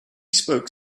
spoke